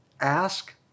ask